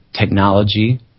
technology